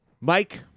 Mike